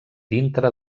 dintre